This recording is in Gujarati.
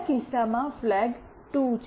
બીજા કિસ્સામાં ફ્લેગ 2 છે